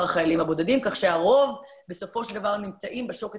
החיילים הבודדים כך שהרוב בסופו של דבר נמצאים בשוקת